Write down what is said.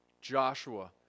Joshua